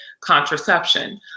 contraception